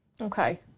Okay